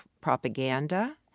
propaganda